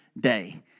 day